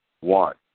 one